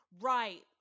Right